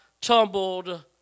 tumbled